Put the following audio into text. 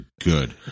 good